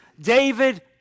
David